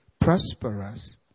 prosperous